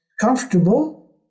comfortable